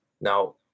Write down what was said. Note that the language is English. Now